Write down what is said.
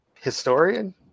historian